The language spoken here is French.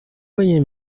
voyez